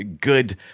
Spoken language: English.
good